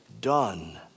done